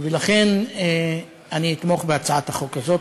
ולכן אני אתמוך בהצעת החוק הזאת.